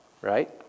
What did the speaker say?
right